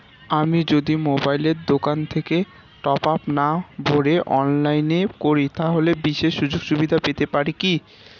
আমি যদি মোবাইলের দোকান থেকে টপআপ না ভরে অনলাইনে করি তাহলে বিশেষ সুযোগসুবিধা পেতে পারি কি?